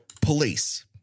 police